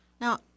Now